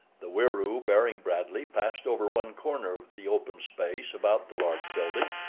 the wieroo bearing bradley passed over one corner of the open space about the large building,